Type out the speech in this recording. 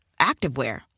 activewear